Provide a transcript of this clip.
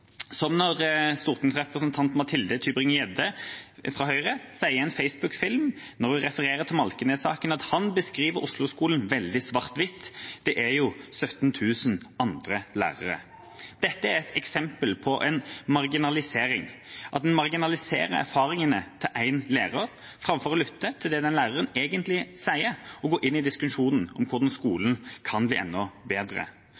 som når stortingsrepresentant Mathilde Tybring-Gjedde fra Høyre sier i en Facebook-film når hun refererer til Malkenes-saken, at han beskriver Osloskolen veldig svart-hvitt – det er jo 17 000 andre lærere. Dette er et eksempel på en marginalisering, at en marginaliserer erfaringene til en lærer framfor å lytte til det den læreren egentlig sier og gå inn i diskusjonen om hvordan skolen kan bli enda bedre.